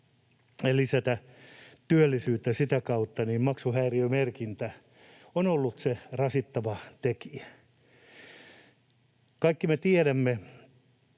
ja lisätä työllisyyttä sitä kautta, mutta maksuhäiriömerkintä on ollut se rasittava tekijä. Kaikki me tiedämme,